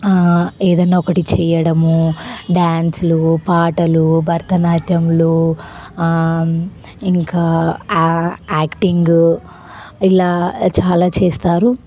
ఏదన్నా ఒకటి చేయడము డాన్సులు పాటలు భరతనాట్యములు ఇంకా ఆ యాక్టింగు ఇలా చాలా చేస్తారు